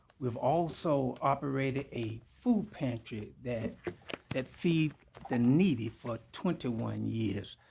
we've also operated a food pantry that that feeds the needy for twenty one years.